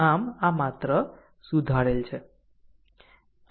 આમ આ માત્ર સુધારેલ છે